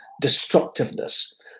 destructiveness